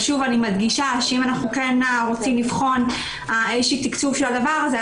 שוב אני מדגישה שאם אנחנו כן רוצים לבחון איזשהו תקצוב של הדבר הזה,